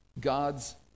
God's